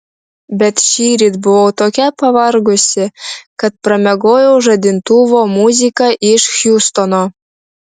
bet šįryt buvau tokia pavargusi kad pramiegojau žadintuvo muziką iš hjustono